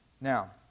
Now